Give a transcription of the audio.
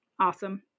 awesome